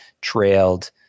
trailed